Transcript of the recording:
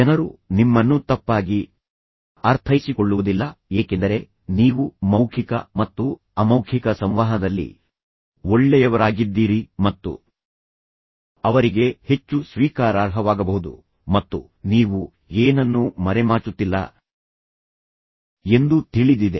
ಜನರು ನಿಮ್ಮನ್ನು ತಪ್ಪಾಗಿ ಅರ್ಥೈಸಿಕೊಳ್ಳುವುದಿಲ್ಲ ಏಕೆಂದರೆ ನೀವು ಮೌಖಿಕ ಮತ್ತು ಅಮೌಖಿಕ ಸಂವಹನದಲ್ಲಿ ಒಳ್ಳೆಯವರಾಗಿದ್ದೀರಿ ಮತ್ತು ಅವರಿಗೆ ಹೆಚ್ಚು ಸ್ವೀಕಾರಾರ್ಹವಾಗಬಹುದು ಮತ್ತು ನೀವು ಏನನ್ನೂ ಮರೆಮಾಚುತ್ತಿಲ್ಲ ಎಂದು ತಿಳಿದಿದೆ